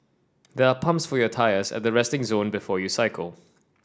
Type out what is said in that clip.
there are pumps for your tyres at the resting zone before you cycle